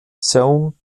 seung